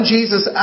Jesus